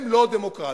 הם לא דמוקרטיה.